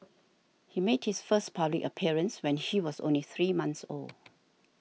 he made his first public appearance when she was only three month old